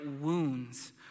wounds